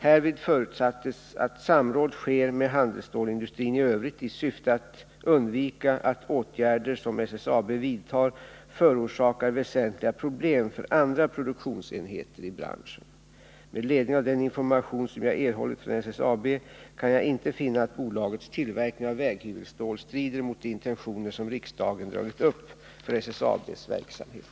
Härvid förutsattes att samråd sker med handelsstålsindustrin i övrigt i syfte att undvika att åtgärder som SSAB vidtar förorsakar väsentliga problem för andra produktionsenheter i branschen. Med anledning av den information som jag erhållit från SSAB kan jag inte finna att bolagets tillverkning av väghyvelstål strider mot de intentioner som riksdagen dragit upp för SSAB:s verksamhet.